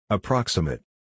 Approximate